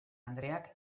andreak